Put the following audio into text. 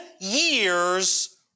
years